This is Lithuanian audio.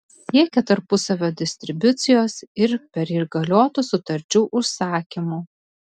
siekia tarpusavio distribucijos ir perįgaliotų sutarčių užsakymų